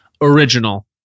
Original